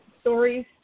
stories